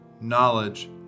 knowledge